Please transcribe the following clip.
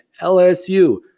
LSU